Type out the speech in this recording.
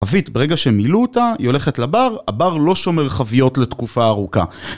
חבית ברגע שמילאו אותה היא הולכת לבר, הבר לא שומר חביות לתקופה ארוכה